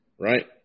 right